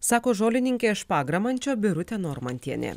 sako žolininkė iš pagramančio birutė normantienė